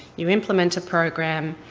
you implement a program,